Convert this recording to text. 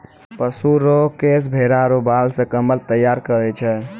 पशु रो केश भेड़ा रो बाल से कम्मल तैयार करै छै